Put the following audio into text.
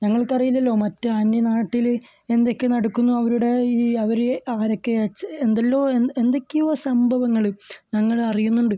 ഞങ്ങൾക്കറിയില്ലല്ലോ മറ്റ് അന്യനാട്ടിൽ എന്തൊക്കെ നടക്കുന്നു അവരുടെ ഈ അവർ ആരൊക്കെ എന്തെല്ലാം എന്തെക്കെയോ സംഭവങ്ങൾ ഞങ്ങൾ അറിയുന്നുണ്ട്